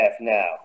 now